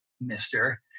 mister